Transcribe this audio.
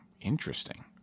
interesting